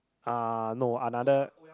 uh no another